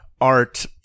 art